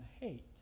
hate